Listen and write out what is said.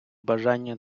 бажання